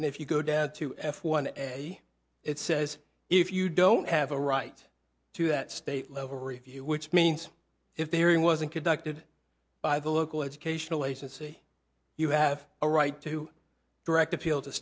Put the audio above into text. and if you go dad to f one it says if you don't have a right to that state level review which means if there wasn't conducted by the local educational agency you have a right to direct appeal to